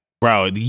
Bro